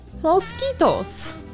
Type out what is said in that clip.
Mosquitoes